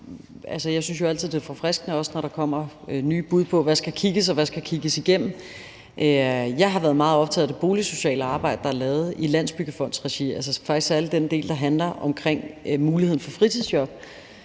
Jeg synes jo altid, at det er forfriskende, når der kommer nye bud på, hvad der skal kigges på, og hvad der skal kigges igennem. Jeg har været meget optaget af det boligsociale arbejde, der er lavet i regi af Landsbyggefonden, faktisk særlig den del, der handler om muligheden for fritidsjob,